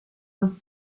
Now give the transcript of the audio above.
aus